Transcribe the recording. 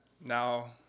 now